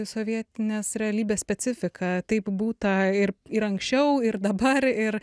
sovietinės realybės specifika taip būta ir ir anksčiau ir dabar ir